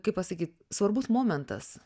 kaip pasakyt svarbus momentas